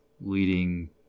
leading